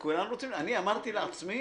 אני אמרתי לעצמי,